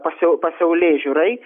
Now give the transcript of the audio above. pasiau pasaulėžiūrai